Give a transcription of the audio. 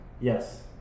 Yes